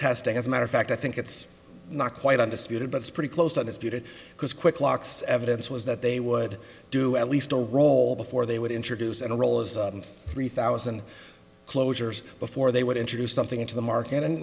testing as a matter of fact i think it's not quite undisputed but it's pretty close to a disputed because quick locks evidence was that they would do at least a roll before they would introduce a new role as three thousand closures before they would introduce something into the market and